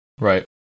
Right